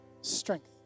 strength